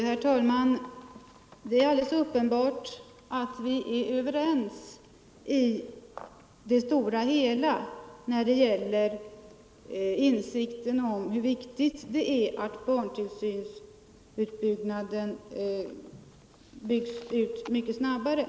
Herr talman! Det är alldeles uppenbart att vi är överens i det stora hela när det gäller insikten om hur viktigt det är att barntillsynsmöjligheterna byggs ut mycket snabbare.